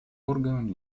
органам